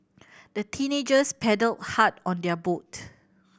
the teenagers paddled hard on their boat